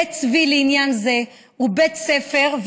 בית צבי לעניין זה הוא בית ספר,